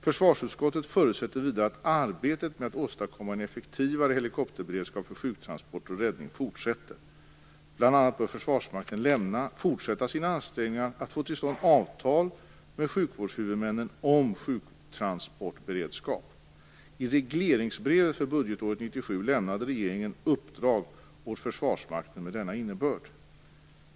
Försvarsutskottet förutsätter vidare att arbetet med att åstadkomma en effektivare helikopterberedskap för sjuktransporter och räddning fortsätter. Bl.a. bör Försvarsmakten fortsätta sina ansträngningar att få till stånd avtal med sjukvårdshuvudmännen om sjuktransportberedskap. I regleringsbrevet för budgetåret 1997 lämnade regeringen uppdrag åt Försvarsmakten med denna innebörd.